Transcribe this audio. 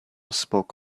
spoke